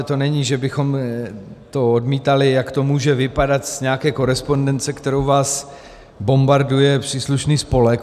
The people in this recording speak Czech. To není, že bychom to odmítali, jak to může vypadat z nějaké korespondence, kterou vás bombarduje příslušný spolek.